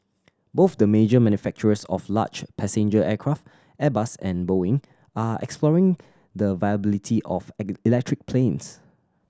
both the major manufacturers of large passenger aircraft Airbus and Boeing are exploring the viability of electric planes